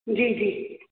जी जी